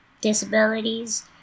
disabilities